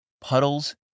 puddles